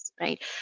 right